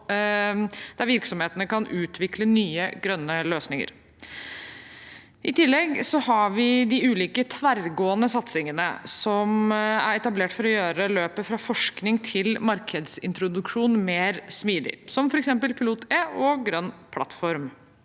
der virksomhetene kan utvikle nye, grønne løsninger. I tillegg har vi de ulike tverrgående satsingene som er etablert for å gjøre løpet fra forskning til markedsintroduksjon mer smidig, som f.eks. Pilot-E og Grønn plattform.